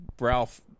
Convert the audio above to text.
Ralph